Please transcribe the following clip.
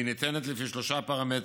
התמיכה ניתנת לפי שלושה פרמטרים: